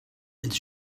ins